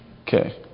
Okay